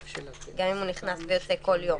גם אם הוא נכנס ויוצא כל יום.